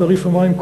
או תעריף המים,